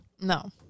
No